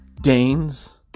Danes